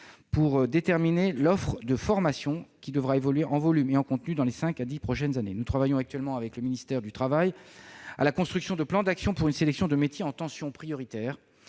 pour déterminer l'offre de formation, qui devra évoluer en volume et en contenu dans les cinq à dix prochaines années. Nous oeuvrons actuellement avec le ministère du travail à la construction de plans d'action pour une sélection de métiers en tension prioritaires,